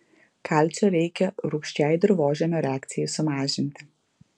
kalcio reikia rūgščiai dirvožemio reakcijai sumažinti